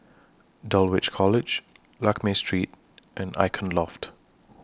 Dulwich College Lakme Street and Icon Loft